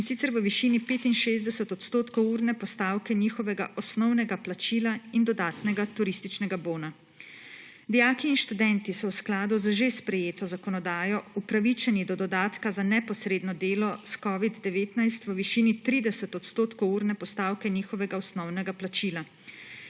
in sicer v višini 65 % urne postavke njihovega osnovnega plačila in dodatnega turističnega bona. Dijaki in študentje so v skladu z že sprejeto zakonodajo upravičeni do dodatka za neposredno delo s covid-19 v višini 30 % urne postavke njihovega osnovnega plačila.